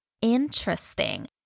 interesting